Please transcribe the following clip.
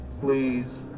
please